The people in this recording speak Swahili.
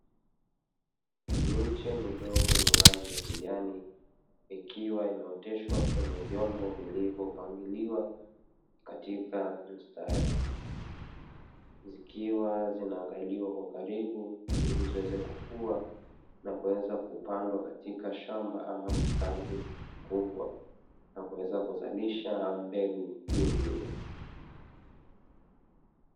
Miche midogo yenye rangi ya kijani, ikiwa imeoteshwa kwenye vyombo vilivyopangiliwa katika mstari, zikiwa zinaangaliwa kwa karibu ili ziweze kukua na kuweza kupandwa katika shamba ama bustani kubwa na kuweza kuzalisha mbegu zingine.